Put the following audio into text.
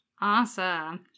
Awesome